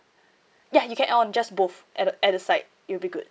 ya you can add on just both at the at the side it'll be good